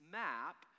map